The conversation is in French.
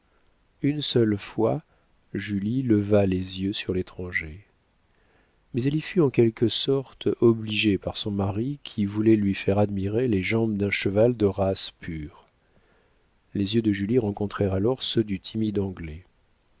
une seule fois julie leva les yeux sur l'étranger mais elle y fut en quelque sorte obligée par son mari qui voulait lui faire admirer les jambes d'un cheval de race pure les yeux de julie rencontrèrent alors ceux du timide anglais